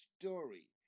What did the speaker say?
story